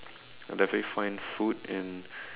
I'll definitely find food and